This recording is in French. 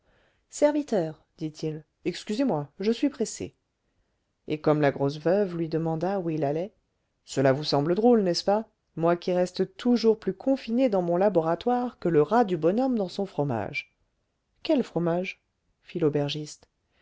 serviteur dit-il excusez-moi je suis pressé et comme la grosse veuve lui demanda où il allait cela vous semble drôle n'est-ce pas moi qui reste toujours plus confiné dans mon laboratoire que le rat du bonhomme dans son fromage quel fromage fit l'aubergiste